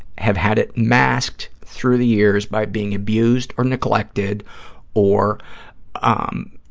have had it masked through the years by being abused or neglected or ah um